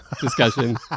discussion